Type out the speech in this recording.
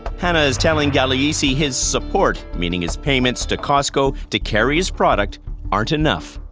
hanna is telling gagliese his support meaning his payments to costco to carry his product aren't enough.